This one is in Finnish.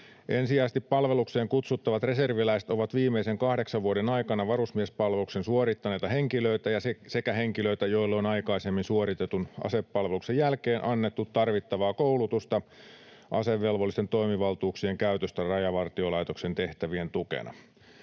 Ensisijaisesti palvelukseen kutsuttavat reserviläiset ovat viimeisen kahdeksan vuoden aikana varusmiespalveluksen suorittaneita henkilöitä sekä henkilöitä, joille on aikaisemmin suoritetun asepalveluksen jälkeen annettu tarvittavaa koulutusta asevelvollisten toimivaltuuksien käytöstä Rajavartiolaitoksen tehtävien tukena.